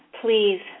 please